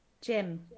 Jim